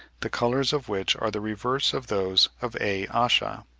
the colours of which are the reverse of those of a. asha,